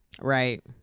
Right